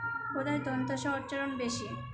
ওদের দন্তের স উচ্চরণ বেশি